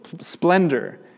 splendor